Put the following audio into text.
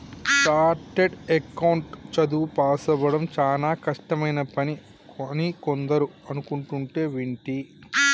chartered account చదువు పాసవ్వడం చానా కష్టమైన పని అని కొందరు అనుకుంటంటే వింటి